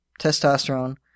testosterone